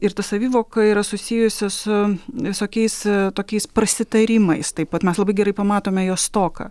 ir ta savivoka yra susijusi su visokiais tokiais prasitarimais taip pat mes labai gerai pamatome jos stoką